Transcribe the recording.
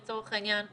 לצורך העניין,